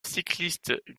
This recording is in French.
cycliste